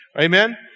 Amen